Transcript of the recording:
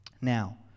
Now